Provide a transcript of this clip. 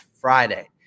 Friday